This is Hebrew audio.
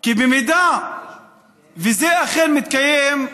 כי אם זה אכן מתקיים,